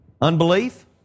Unbelief